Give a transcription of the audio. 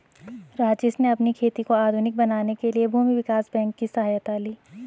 राजेश ने अपनी खेती को आधुनिक बनाने के लिए भूमि विकास बैंक की सहायता ली